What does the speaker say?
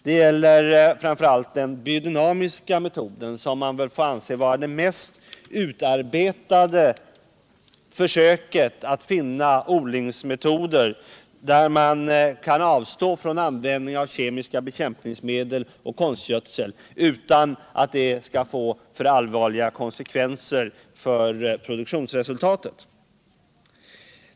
Det gäller framför allt den biodynamiska metoden, som man väl får anse vara det mest utarbetade försöket att finna odlingsmetoder där man kan avstå från användning av kemiska bekämpningsmedel och konstgödsel utan att det skall få för allvarliga konsekvenser för produktionsresultatet.